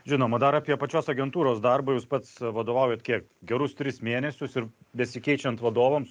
žinoma dar apie pačios agentūros darbą jūs pats vadovaujat kiek gerus tris mėnesius ir besikeičiant vadovams